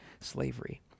slavery